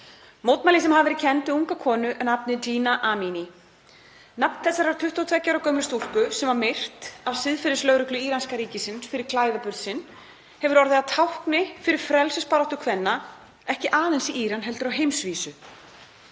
Mótmælin hafa verið kennd við unga konu að nafni Jina Amini. Nafn þessarar 22 ára gömlu stúlku sem var myrt af siðferðislögreglu íranska ríkisins fyrir klæðaburð sinn hefur orðið að tákni fyrir frelsisbaráttu kvenna, ekki aðeins í Íran heldur á heimsvísu.